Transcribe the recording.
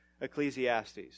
Ecclesiastes